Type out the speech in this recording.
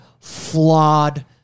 flawed